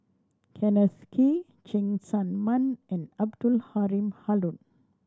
Kenneth Kee Cheng Tsang Man and Abdul Halim Haron